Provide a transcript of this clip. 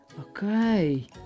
Okay